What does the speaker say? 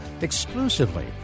exclusively